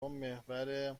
محور